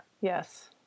Yes